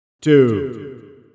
Two